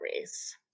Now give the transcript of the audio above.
race